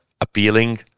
appealing